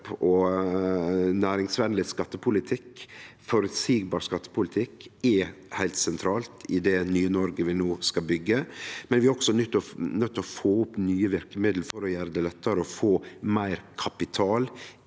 og næringsvenleg skattepolitikk, ein føreseieleg skattepolitikk, er heilt sentralt i det nye Noreg vi no skal byggje. Vi er også nøydde til å få opp nye verkemiddel for å gjere det lettare å få meir kapital